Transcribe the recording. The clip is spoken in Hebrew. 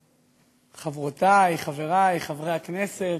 חברותי, חברי חברי הכנסת,